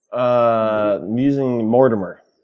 ah amusing. mortimer.